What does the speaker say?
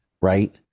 right